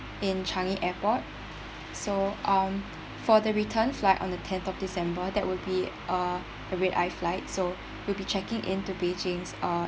in Changi airport so um for the return flight on the tenth of december that would be uh eva air flight so will be checking in to beijing's uh